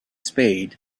spade